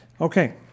Okay